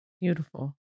Beautiful